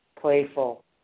playful